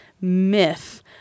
myth